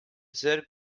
sehr